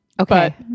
okay